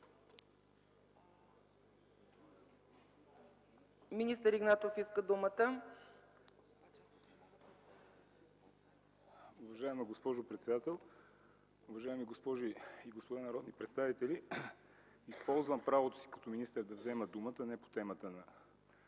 Министър Игнатов иска думата.